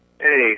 Hey